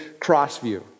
Crossview